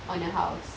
on a house